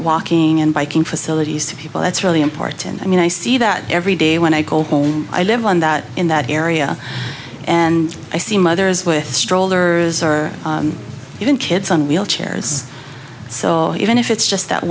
walking and biking facilities to people that's really important i mean i see that every day when i go home i live on that in that area and i see mothers with strollers or even kids on wheelchairs so even if it's just that